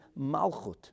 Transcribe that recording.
malchut